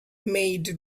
made